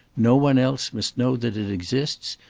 no one else must know that it exists,